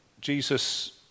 Jesus